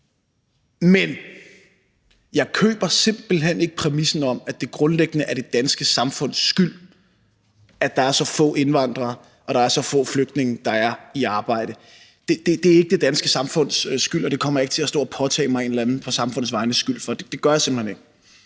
Men jeg køber simpelt hen ikke præmissen om, at det grundlæggende er det danske samfunds skyld, at der er så få indvandrere og så få flygtninge, der er i arbejde. Det er ikke det danske samfunds skyld, og det kommer jeg ikke til at stå og påtage mig en eller anden skyld for på samfundets vegne – det gør jeg simpelt hen ikke.